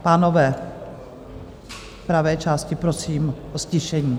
Pánové v pravé části, prosím, o ztišení.